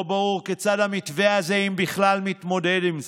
לא ברור כיצד המתווה הזה, אם בכלל, מתמודד עם זה.